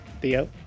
Theo